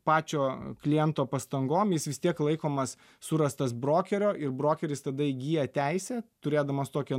pačio kliento pastangom jis vis tiek laikomas surastas brokerio ir brokeris tada įgyja teisę turėdamas tokią